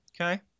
Okay